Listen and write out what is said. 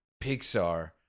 Pixar